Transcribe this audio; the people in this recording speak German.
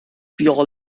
wir